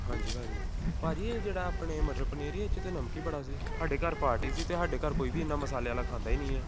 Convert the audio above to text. ਹਾਂਜੀ ਭਾਅ ਜੀ ਭਾਅ ਜੀ ਇਹ ਜਿਹੜਾ ਆਪਣੇ ਮਟਰ ਪਨੀਰ ਇਹ 'ਚ ਤਾਂ ਨਮਕ ਹੀ ਬੜਾ ਸੀ ਸਾਡੇ ਘਰ ਪਾਰਟੀ ਸੀ ਅਤੇ ਸਾਡੇ ਘਰ ਕੋਈ ਵੀ ਇੰਨਾ ਮਸਾਲੇ ਵਾਲਾ ਖਾਂਦਾ ਹੀ ਨਹੀਂ ਆ